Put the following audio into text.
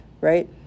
right